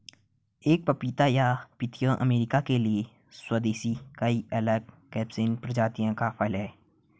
एक पपीता या पिथाया अमेरिका के लिए स्वदेशी कई अलग कैक्टस प्रजातियों का फल है